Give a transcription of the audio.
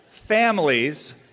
Families